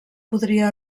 podria